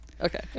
Okay